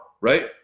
Right